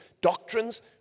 doctrines